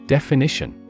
Definition